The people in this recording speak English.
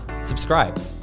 subscribe